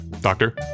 Doctor